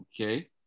Okay